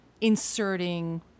inserting